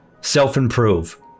Self-improve